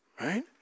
right